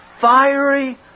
Fiery